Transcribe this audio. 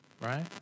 right